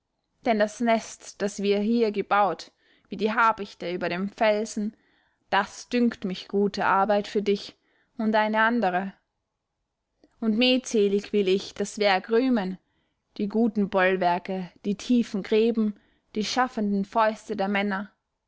denn das nest das wir hier gebaut wie die habichte über dem felsen das dünkt mich gute arbeit für dich und eine andere und metselig will ich das werk rühmen die guten bollwerke die tiefen gräben die schaffenden fäuste der männer